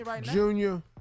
Junior